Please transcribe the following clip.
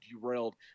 derailed